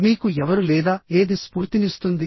మీకు ఎవరు లేదా ఏది స్ఫూర్తినిస్తుంది